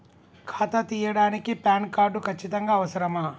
ఖాతా తీయడానికి PAN card ఖచ్చితంగా అవసరమా?